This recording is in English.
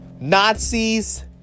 Nazis